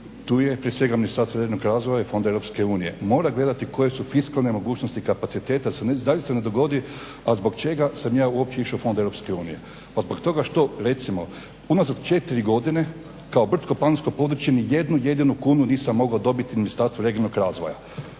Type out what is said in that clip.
Tu je prije svega Ministarstvo regionalnog razvoja i Fonda EU. Mora gledati koje su fiskalne mogućnosti i kapaciteti da se zaista ne dogodi a zbog čega sam ja uopće išao u Fond EU. Pa zbog toga što recimo unazad 4 godine kao brdsko-planinsko područje nijednu jedinu kunu nisam mogao dobiti u Ministarstvu regionalnog razvoja.